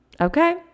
Okay